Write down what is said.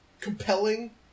compelling